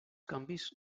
canvis